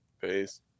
Peace